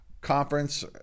conference